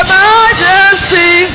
majesty